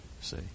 see